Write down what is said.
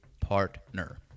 partner